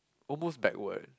almost backward